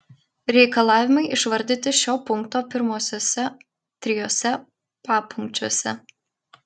reikalavimai išvardyti šio punkto pirmuosiuose trijuose papunkčiuose